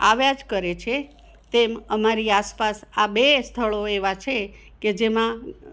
આવ્યા જ કરે છે તેમ અમારી આસપાસ આ બે સ્થળો એવા છે કે જેમાં